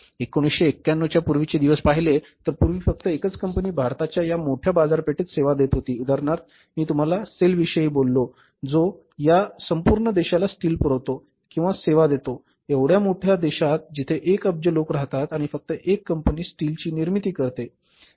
1991 च्या पूर्वीचे दिवस पहिले तर पूर्वी फक्त एकच कंपनी भारताच्या या मोठ्या बाजारपेठेत सेवा देत होती उदाहरणार्थ मी तुम्हाला त्या सेलविषयी बोललो जो या संपूर्ण देशाला स्टील पुरवतो किंवा सेवा देतो एवढ्या मोठ्या देशात जिथे एक अब्ज लोक राहतात आणि फक्त एक कंपनी स्टीलची निर्मिती करते